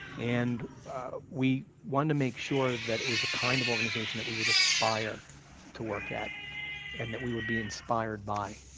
and we wanted to make sure that it was the kind of organization that we would aspire to work at and that we would be inspired by.